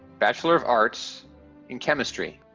bachelor of arts in chemistry.